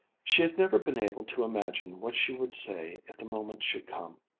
she had never been able to imagine what she would say if the moment should come.